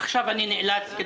עכשיו אני נאלץ לומר,